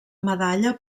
medalla